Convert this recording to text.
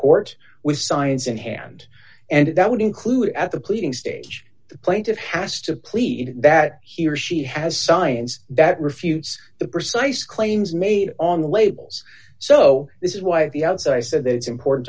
court with science in hand and that would include at the pleading stage the plaintive has to plead that he or she has science that refutes the precise claims made on the labels so this is why the outside said that it's important